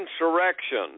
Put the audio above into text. insurrection